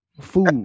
Food